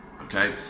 okay